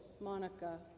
Monica